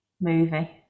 Movie